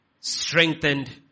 strengthened